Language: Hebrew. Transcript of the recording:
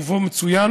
ובה מצוין